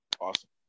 Awesome